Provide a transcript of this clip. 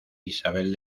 isabel